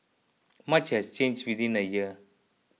much has change within a year